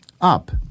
up